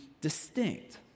distinct